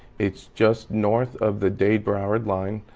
it's just north of the dade broward line,